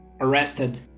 arrested